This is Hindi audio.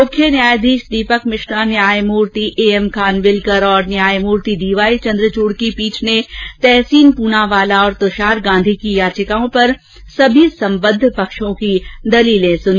मुख्य न्यायाधीश दीपक मिश्रा न्यायूर्ति एएम खनविलकर और न्यायमूर्ति डीवाई चंद्रचूड़ की पीठ ने तहसीन पूनावाला और तुषार गांधी की याचिकाओं पर सभी संबद्ध पक्षों की दलीलें सुनी